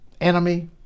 enemy